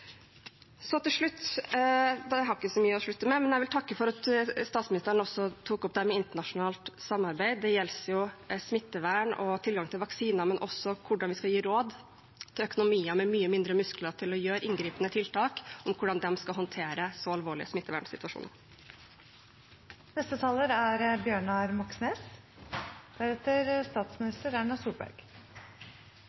Så til slutt: Jeg vil bare takke for at statsministeren også tok opp dette med internasjonalt samarbeid. Det gjelder smittevern og tilgang til vaksiner, men også hvordan vi skal gi råd til økonomier med mye mindre muskler til å gjøre inngripende tiltak, om hvordan de skal håndtere så alvorlige smittevernsituasjoner. La det ikke være noen tvil: Erna Solberg og hennes regjering vil sette alle tilløp til rettferdig krisepolitikk i revers. Nå er